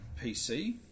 PC